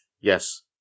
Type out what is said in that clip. Yes